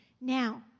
Now